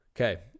Okay